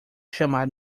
chamar